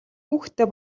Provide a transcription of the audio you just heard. хүүхэдтэй